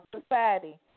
society